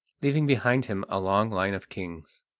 leaving behind him a long line of kings.